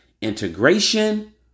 integration